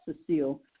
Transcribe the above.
Cecile